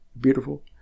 beautiful